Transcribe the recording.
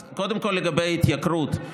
קודם כול לגבי ההתייקרות,